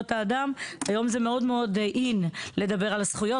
היום זה מאוד מאוד in לדבר על הזכויות,